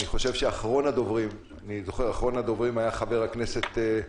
אני פותח את דיון ועדת החוץ והביטחון בשבתה על בקשת הממשלה